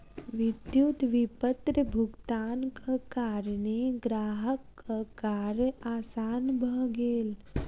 विद्युत विपत्र भुगतानक कारणेँ ग्राहकक कार्य आसान भ गेल